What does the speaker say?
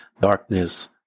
darkness